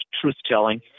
truth-telling